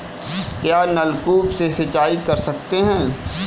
क्या नलकूप से सिंचाई कर सकते हैं?